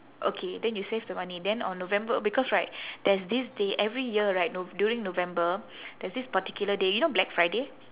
okay then you save the money then on november because right there's this day every year right nov~ during november there's this particular day you know black friday